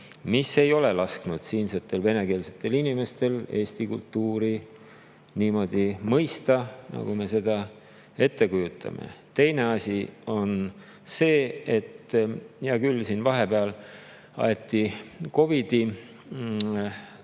mis ei ole lasknud siinsetel venekeelsetel inimestel eesti kultuuri niimoodi mõista, nagu me seda ette kujutame. Teine asi on see, et siin vahepeal aeti COVID-i